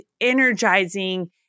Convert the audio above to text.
energizing